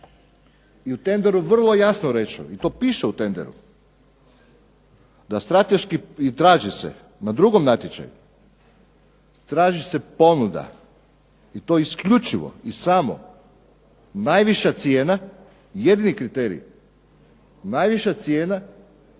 i u tenderu je vrlo jasno rečeno i to piše u tenderu da strateški, i traži se na drugom natječaju, traži se ponuda i to isključivo i samo najviša cijena, jedini kriterij, najviša cijena